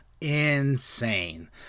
Insane